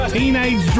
Teenage